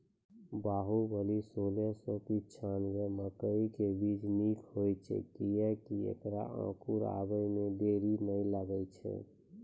बाहुबली सोलह सौ पिच्छान्यबे मकई के बीज निक होई छै किये की ऐकरा अंकुर आबै मे देरी नैय लागै छै?